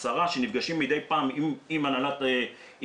10 שנפגשים מדי פעם עם הנהלת רמ"י,